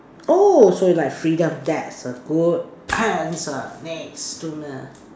oh so you like freedom that's a good answer next